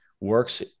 works